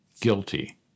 guilty